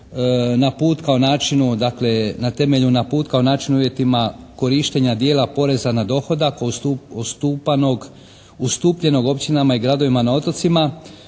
na temelju naputka o načinu i uvjetima korištenja dijela poreza na dohodak a ustupljenog općinama i gradovima na otocima